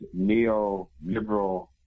neoliberal